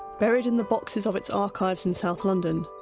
buried in the boxes of its archives in south london,